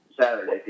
Saturday